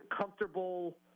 comfortable